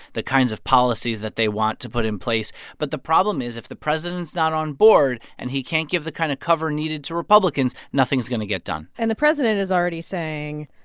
the kinds of policies that they want to put in place. but the problem is if the president's not on board and he can't give the kind of cover needed to republicans, nothing is going to get done and the president is already saying,